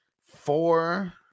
Four